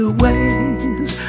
ways